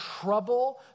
trouble